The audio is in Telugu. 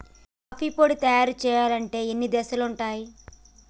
కాఫీ పొడి తయారు చేయాలంటే ఎన్నో దశలుంటయ్